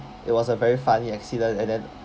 it was a very funny accident and then